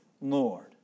Lord